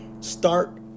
start